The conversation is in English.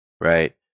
right